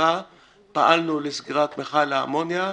בחיפה פעלנו לסגירת מיכל האמוניה.